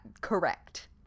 Correct